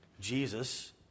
Jesus